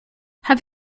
have